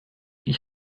ich